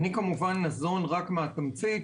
אני כמובן ניזון רק מהתמצית